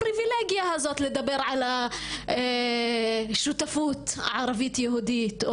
כאילו מה זה הפריבילגיה הזאת לדבר על השותפות הערבית יהודית,